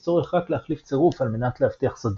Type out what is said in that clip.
יש צורך רק להחליף צירוף על מנת להבטיח סודיות,